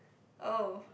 oh